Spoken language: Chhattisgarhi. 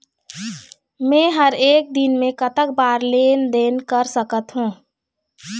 मे हर एक दिन मे कतक बार लेन देन कर सकत हों?